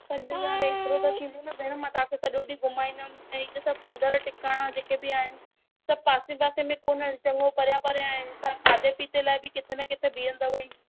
पंज हज़ार हेतिरो त थींदो न भेण मां तव्हां खे सॼो ॾींहं घुमाईंदमि ऐं इहे सभु मंदर टिकाणा जेके बि आहिनि सभु पासे पासे में कोन आहिनि चङो परियां परियां आहिनि तव्हां खाधे पीते लाइ बि किथे न किथे बीहंदव ई